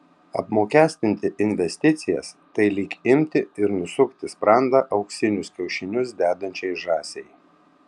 apmokestinti investicijas tai lyg imti ir nusukti sprandą auksinius kiaušinius dedančiai žąsiai